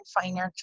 financial